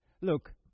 Look